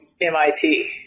MIT